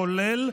כולל,